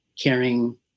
caring